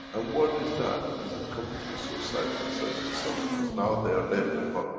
and what is that, is it committing suicide for certain cells, because now they are there, they're gone.